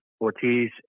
Ortiz